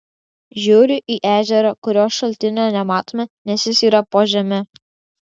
žiūriu į ežerą kurio šaltinio nematome nes jis yra po žeme